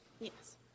yes